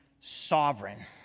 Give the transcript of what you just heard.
sovereign